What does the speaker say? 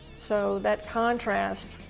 so that contrast,